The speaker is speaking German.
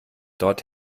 dort